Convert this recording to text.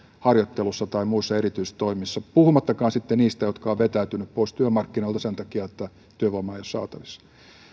harjoittelussa tai muissa erityisissä toimissa puhumattakaan sitten niistä jotka ovat vetäytyneet pois työmarkkinoilta sen takia että työtä ei ole saatavissa